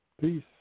Peace